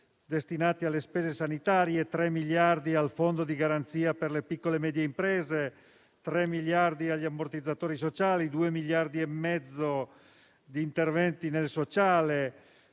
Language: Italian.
destinati alle spese sanitarie, 3 miliardi al fondo di garanzia per le piccole e medie imprese, 3 miliardi agli ammortizzatori sociali, 2 miliardi e mezzo di interventi nel sociale,